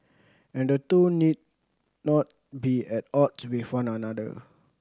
and the two need not be at odds with one another